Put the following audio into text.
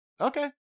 okay